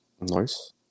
Nice